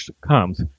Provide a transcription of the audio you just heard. comes